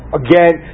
again